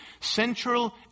central